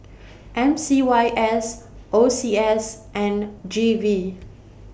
M C Y S O C S and G V